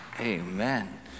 Amen